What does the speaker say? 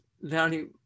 value